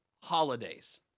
holidays